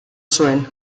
zuen